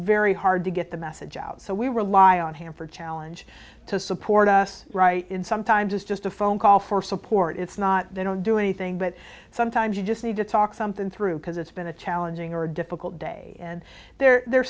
very hard to get the message out so we rely on hand for challenge to support us right in sometimes it's just a phone call for support it's not they don't do anything but sometimes you just need to talk something through because it's been a challenging or difficult day and they're